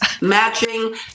matching